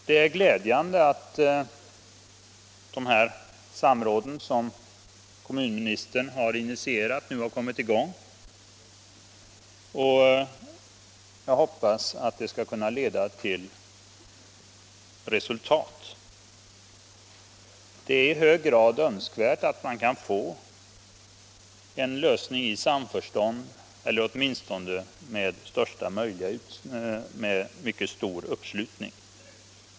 Det är glädjande att de samrådsöverläggningar som kommunministern har initierat nu har kommit i gång, och jag hoppas att de skall kunna leda till resultat. Det är i hög grad önskvärt att man kan få en lösning i samförstånd eller åtminstone med mycket stor uppslutning.